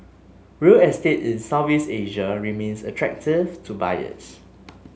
real estate in Southeast Asia remains attractive to buyers